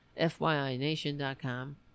FYINation.com